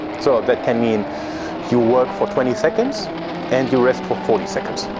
so that can mean you work for twenty seconds and you rest for forty seconds.